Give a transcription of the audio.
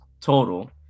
total